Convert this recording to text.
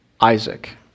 Isaac